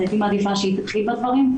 אז הייתי מעדיפה שהיא תתחיל בדברים.